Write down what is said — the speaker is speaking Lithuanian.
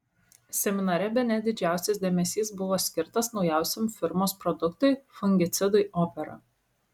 seminare bene didžiausias dėmesys buvo skirtas naujausiam firmos produktui fungicidui opera